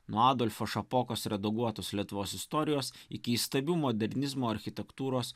nuo adolfo šapokos redaguotos lietuvos istorijos iki įstabių modernizmo architektūros